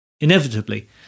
Inevitably